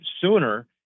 sooner